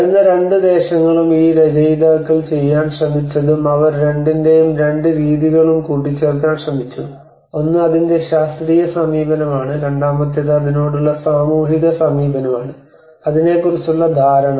വരുന്ന രണ്ട് ദേശങ്ങളും ഈ രചയിതാക്കൾ ചെയ്യാൻ ശ്രമിച്ചതും അവർ രണ്ടിന്റെയും രണ്ട് രീതികളും കൂട്ടിച്ചേർക്കാൻ ശ്രമിച്ചു ഒന്ന് അതിന്റെ ശാസ്ത്രീയ സമീപനമാണ് രണ്ടാമത്തേത് അതിനോടുള്ള സാമൂഹിക സമീപനമാണ് അതിനെക്കുറിച്ചുള്ള ധാരണ